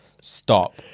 Stop